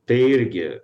tai irgi